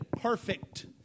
perfect